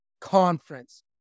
conference